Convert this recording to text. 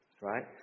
right